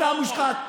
אתה מושחת.